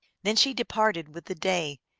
then she de parted with the day,